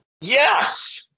Yes